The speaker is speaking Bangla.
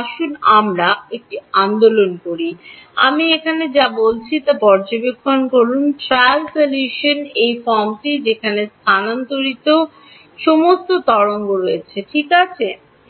আসুন আমরা একটি আন্দোলন করা যাক আমি এখানে যা বলছি তা পর্যবেক্ষণ করুন ট্রায়াল সলিউশনটি এই ফর্মটির যেখানে স্থানটিতে সমস্ত তরঙ্গ রয়েছে ঠিক আছে